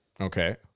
Okay